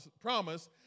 promise